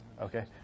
Okay